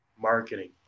marketing